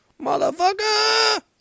Motherfucker